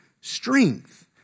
strength